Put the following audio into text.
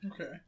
Okay